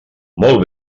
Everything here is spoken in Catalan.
molt